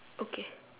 okay